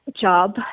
job